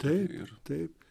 taip taip